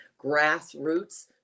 Grassroots